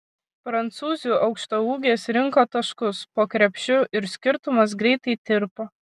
prancūzių aukštaūgės rinko taškus po krepšiu ir skirtumas greitai tirpo